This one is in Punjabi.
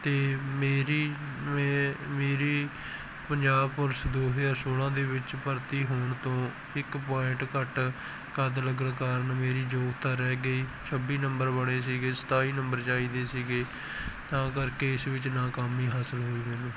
ਅਤੇ ਮੇਰੀ ਮੇ ਮੇਰੀ ਪੰਜਾਬ ਪੁਲਿਸ ਦੋ ਹਜ਼ਾਰ ਸੋਲ੍ਹਾਂ ਦੇ ਵਿੱਚ ਭਰਤੀ ਹੋਣ ਤੋਂ ਇੱਕ ਪੁਆਇੰਟ ਘੱਟ ਕੱਦ ਲੱਗਣ ਕਾਰਨ ਮੇਰੀ ਯੋਗਤਾ ਰਹਿ ਗਈ ਛੱਬੀ ਨੰਬਰ ਬਣੇ ਸੀਗੇ ਸਤਾਈ ਨੰਬਰ ਚਾਹੀਦੇ ਸੀਗੇ ਤਾਂ ਕਰਕੇ ਇਸ ਵਿੱਚ ਨਾਕਾਮੀ ਹਾਸਲ ਹੋਈ ਮੈਨੂੰ